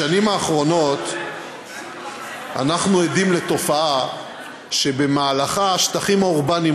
בשנים האחרונות אנחנו עדים לתופעה שבמהלכה השטחים האורבניים